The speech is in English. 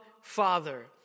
Father